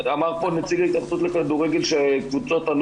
אמר פה נציג ההתאחדות לכדורגל שהאגודות